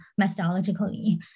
methodologically